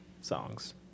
songs